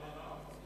אני מוזמן לנאום?